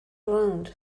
around